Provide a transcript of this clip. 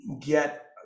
get